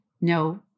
No